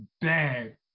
Bad